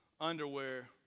underwear